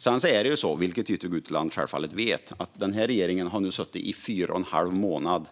Sedan är det så, vilket Jytte Guteland självfallet vet, att den här regeringen bara har suttit i fyra och en halv månad.